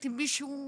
הבאתי מישהו חירש,